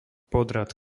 podrad